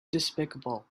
despicable